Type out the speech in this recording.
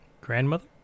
grandmother